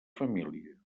família